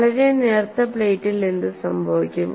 വളരെ നേർത്ത പ്ലേറ്റിൽ എന്ത് സംഭവിക്കും